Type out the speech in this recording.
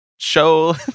Show